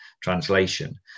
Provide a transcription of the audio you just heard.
translation